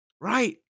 Right